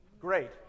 great